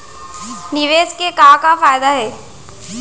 निवेश के का का फयादा हे?